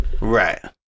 Right